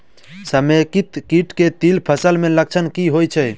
समेकित कीट केँ तिल फसल मे लक्षण की होइ छै?